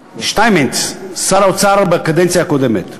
שטייניץ, שר האוצר בקדנציה הקודמת,